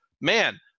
man